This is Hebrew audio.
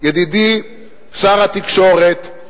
ידידי שר התקשורת,